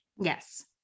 yes